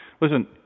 Listen